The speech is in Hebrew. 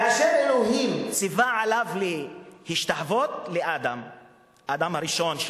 כאשר אלוהים ציווה עליו להשתחוות לאדם הראשון,